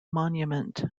monument